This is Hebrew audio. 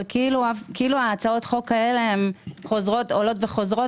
אבל כאילו הצעות החוק האלה עולות וחוזרות